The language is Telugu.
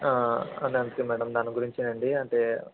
అది అంతే మ్యాడం దాని గురించే అండి అంటే